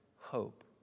hope